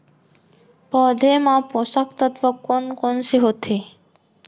पौधे मा पोसक तत्व कोन कोन से होथे?